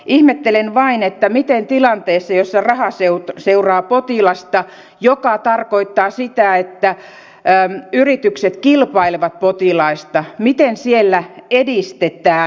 ihmettelen vain miten tilanteessa jossa raha seuraa potilasta mikä tarkoittaa sitä että yritykset kilpailevat potilaista edistetään ennaltaehkäisyä